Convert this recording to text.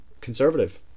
conservative